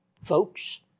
Folks